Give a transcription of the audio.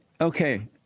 okay